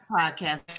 podcast